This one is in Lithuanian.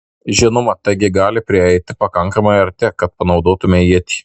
žinoma taigi gali prieiti pakankamai arti kad panaudotumei ietį